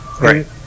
Right